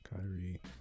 Kyrie